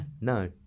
no